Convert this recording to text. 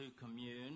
commune